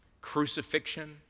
crucifixion